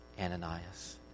Ananias